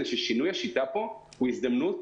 זה ששינוי השיטה פה הוא הזדמנות